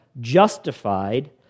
justified